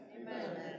Amen